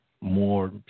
more